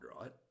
right